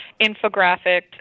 infographic